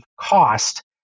cost